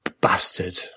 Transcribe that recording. bastard